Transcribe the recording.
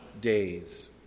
days